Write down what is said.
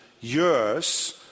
years